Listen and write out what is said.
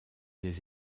des